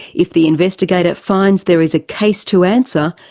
if the investigator finds there is a case to answer,